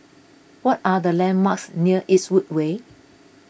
what are the landmarks near Eastwood Way